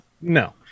No